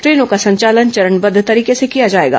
ट्रेनों का संचालन चरणबद्ध तरीके से किया जाएगा